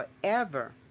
forever